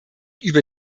über